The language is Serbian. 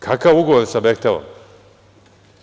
Kakav ugovor sa „Behtelom“